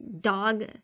dog